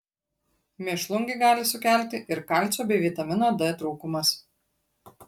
mėšlungį gali sukelti ir kalcio bei vitamino d trūkumas